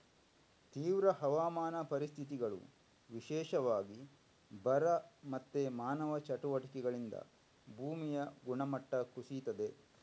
ತೀವ್ರ ಹವಾಮಾನ ಪರಿಸ್ಥಿತಿಗಳು, ವಿಶೇಷವಾಗಿ ಬರ ಮತ್ತೆ ಮಾನವ ಚಟುವಟಿಕೆಗಳಿಂದ ಭೂಮಿಯ ಗುಣಮಟ್ಟ ಕುಸೀತದೆ